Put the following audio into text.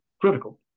critical